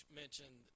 mentioned